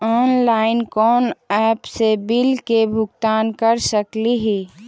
Online कोन app से bill के भुगतान कर सकली ही?